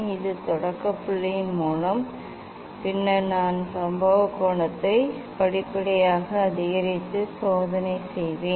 இது தொடக்க புள்ளியின் மூலம் பின்னர் நான் சம்பவ கோணத்தை படிப்படியாக அதிகரித்து சோதனை செய்வேன்